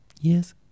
Yes